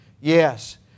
Yes